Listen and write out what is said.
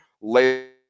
later